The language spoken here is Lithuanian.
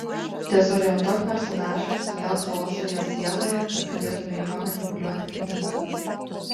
dezorientuok personažą sukelk chaosą jo sieloje kad galėtumei juo manipuliuoti kaip tinkamas